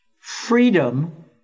freedom